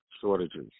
shortages